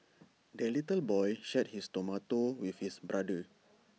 the little boy shared his tomato with his brother